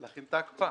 להכין את ההקפאה.